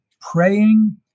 praying